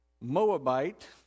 Moabite